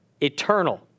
eternal